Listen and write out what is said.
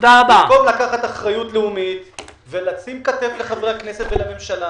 במקום לקחת אחריות לאומית ולשים כתף לחברי הכנסת ולממשלה